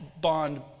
bond